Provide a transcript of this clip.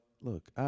look